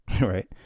right